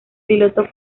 piloto